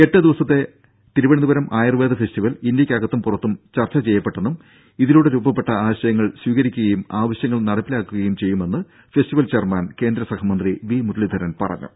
എട്ടു ദിവസത്തെ ആയുർവേദ ഫെസ്റ്റിവൽ ഇന്ത്യക്കകത്തും പുറത്തും ചർച്ച ചെയ്യപ്പെട്ടെന്നും ഇതിലൂടെ രൂപപ്പെട്ട ആശയങ്ങൾ സ്വീകരിക്കുകയും ആവശ്യങ്ങൾ നടപ്പിലാക്കുകയും ചെയ്യുമെന്ന് ഫെസ്റ്റിവൽ ചെയർമാൻ കേന്ദ്രസഹമന്ത്രി വി മുരളീധരൻ പറഞ്ഞു